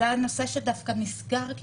זה נושא שדווקא נסגר.